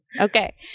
Okay